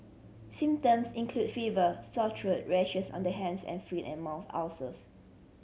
symptoms include fever sore throat rashes on the hands and feet and mouth ulcers